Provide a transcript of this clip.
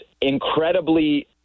incredibly